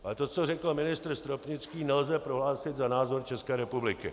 Ale to, co řekl ministr Stropnický, nelze prohlásit za názor České republiky.